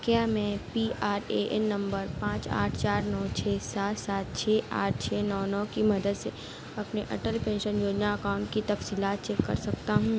کیا میں P R A N نمبر پانچ آٹھ چار نو چھ سات سات چھ آٹھ چھ نو نو کی مدد سے اپنے اٹل پینشن یوجنا اکاؤنٹ کی تفصیلات چیک کر سکتا ہوں